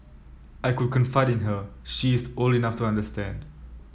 I could confide in her she is old enough to understand